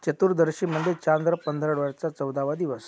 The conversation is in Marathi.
चतुर्दशी म्हणजे चांद्र पंधरवड्याचा चौदावा दिवस